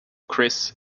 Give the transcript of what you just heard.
chris